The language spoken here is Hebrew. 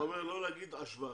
אתה אומר לא להגיד השוואה.